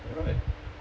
alright